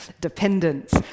dependence